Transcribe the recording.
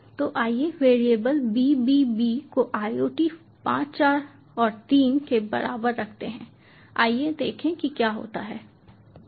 तो आइए variable b b b को IOT 5 4 और 3 के बराबर रखते हैं आइए देखें कि क्या होता है